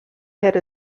had